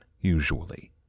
usually